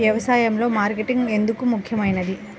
వ్యసాయంలో మార్కెటింగ్ ఎందుకు ముఖ్యమైనది?